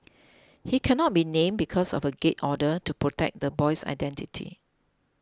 he cannot be named because of a gag order to protect the boy's identity